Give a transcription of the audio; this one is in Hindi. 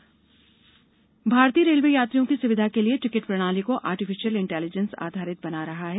रेल टिकट भारतीय रेलवे यात्रियों की सुविधा के लिए टिकट प्रणाली को आर्टिफीशियल इंटेलीजेंस आधारित बना रहा है